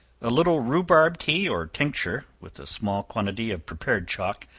a little rhubarb tea or tincture, with a small quantity of prepared chalk,